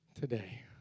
today